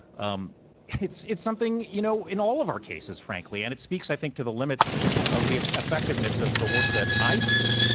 um it's it's something, you know, in all of our cases, frankly, and it speaks, i think, to the limits of the effectiveness of the work that i do.